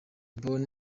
born